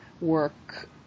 work